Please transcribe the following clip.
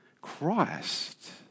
Christ